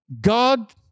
God